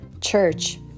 church